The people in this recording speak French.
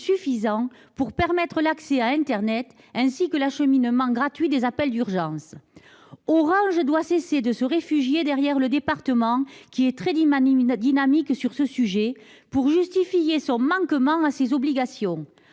suffisants pour permettre l'accès à internet, ainsi que l'acheminement gratuit des appels d'urgence. Orange doit cesser de se réfugier derrière le département, qui est très dynamique sur ce sujet, pour justifier son manquement à ses obligations.